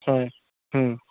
হয়